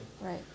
right